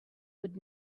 would